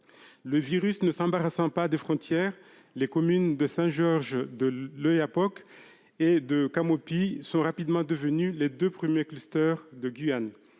Le virus ne s'embarrassant pas des frontières, les communes de Saint-Georges de l'Oyapock et de Camopi sont rapidement devenues les deux premiers clusters de Guyane.